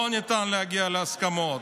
לא ניתן להגיע להסכמות.